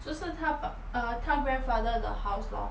就是她 grandfather 的 house lor